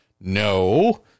No